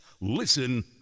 Listen